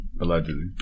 Allegedly